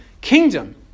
kingdom